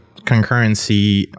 concurrency